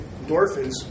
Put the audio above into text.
Endorphins